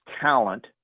talent